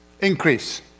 Increase